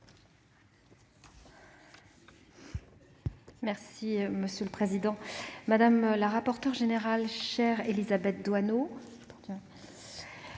Monsieur le président, madame la rapporteure générale- chère Élisabeth Doineau